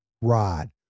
rod